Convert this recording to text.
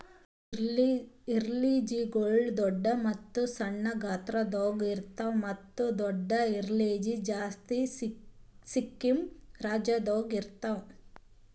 ಇಲೈಚಿಗೊಳ್ ದೊಡ್ಡ ಮತ್ತ ಸಣ್ಣ ಗಾತ್ರಗೊಳ್ದಾಗ್ ಇರ್ತಾವ್ ಮತ್ತ ದೊಡ್ಡ ಇಲೈಚಿ ಜಾಸ್ತಿ ಸಿಕ್ಕಿಂ ರಾಜ್ಯದಾಗ್ ಇರ್ತಾವ್